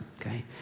okay